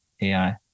AI